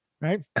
right